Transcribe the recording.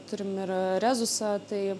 turim ir rezusą tai